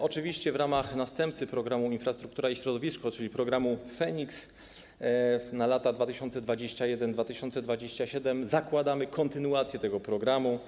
Oczywiście w ramach następcy programu ˝Infrastruktura i środowisko˝, czyli programu FEnIKS na lata 2021-2027, zakładamy kontynuację tego programu.